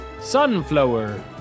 sunflower